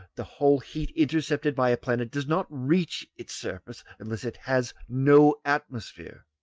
the whole heat intercepted by a planet does not reach its surface unless it has no atmosphere.